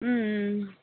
ம் ம்